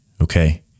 Okay